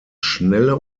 schnelle